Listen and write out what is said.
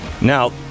Now